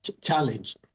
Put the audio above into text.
challenge